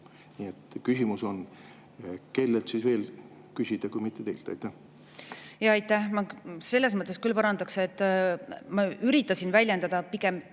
Nii et küsimus on, kellelt siis veel küsida, kui mitte teilt. Aitäh! Ma selles mõttes küll parandaks, et ma üritasin väljendada pigem